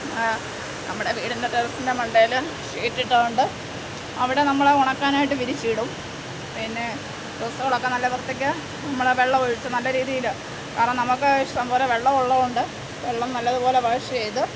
നമ്മുടെ വീടിൻ്റെ ടെറസ്സിൻ്റെ മണ്ടയിൽ ഷീറ്റ് ഇട്ടിട്ടുണ്ട് അവിടെ നമ്മൾ ഉണക്കാനായിട്ട് വിരിച്ചിടും പിന്നെ ഡ്രസ്സുകളൊക്ക നല്ല വൃത്തിക്ക് നമ്മൾ വെള്ളം ഒഴിച്ച് നല്ല രീതിയിൽ കാരണം നമുക്ക് ഇഷ്ടം പോലെ വെള്ളം ഉള്ളതുകൊണ്ട് വെള്ളം നല്ലതുപോലെ വാഷ് ചെയ്ത്